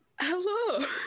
hello